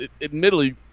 admittedly